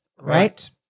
right